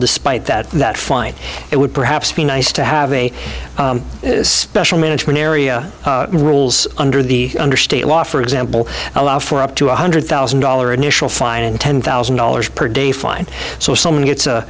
despite that that fine it would perhaps be nice to have a special management area rules under the under state law for example allow for up to one hundred thousand dollar initial fine and ten thousand dollars per day fine so someone gets